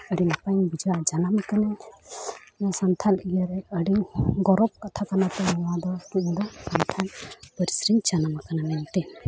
ᱟᱹᱰᱤ ᱱᱟᱯᱟᱭᱤᱧ ᱵᱩᱡᱷᱟᱹᱣᱟ ᱤᱧ ᱡᱟᱱᱟᱢ ᱠᱟᱹᱱᱟᱹᱧ ᱥᱟᱱᱛᱟᱲ ᱤᱭᱟᱹ ᱨᱮ ᱟᱹᱰᱤ ᱜᱚᱨᱚᱵᱽ ᱠᱟᱛᱷᱟ ᱠᱟᱱᱟ ᱱᱚᱣᱟᱫᱚ ᱛᱤᱧ ᱫᱚ ᱥᱟᱱᱛᱷᱟᱞ ᱯᱟᱹᱨᱥᱤ ᱨᱤᱧ ᱡᱟᱱᱟᱢ ᱠᱟᱱᱟ ᱢᱮᱱᱛᱮ